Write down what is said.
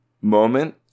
moment